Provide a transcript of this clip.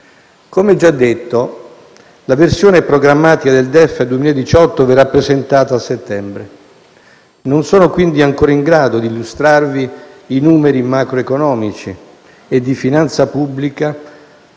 Come già detto, la versione programmatica del DEF 2018 verrà presentata a settembre. Non sono quindi ancora in grado di illustrarvi i numeri macroeconomici e di finanza pubblica